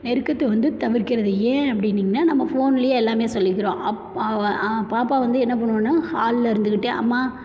நெருக்கத்தை வந்து தவிர்கிறது ஏன் அப்படின்னிங்கன்னா நம்ம ஃபோன்லியே எல்லாமே சொல்லிக்கிறோம் பாப்பா வந்து என்ன பண்ணுவான்னா ஹாலில் இருந்துக்கிட்டே அம்மா